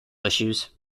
issues